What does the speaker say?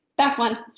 back one.